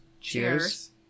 Cheers